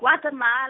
Guatemala